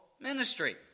ministry